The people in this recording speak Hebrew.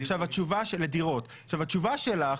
התשובה שלך,